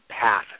path